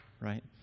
Right